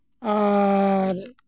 ᱟᱨ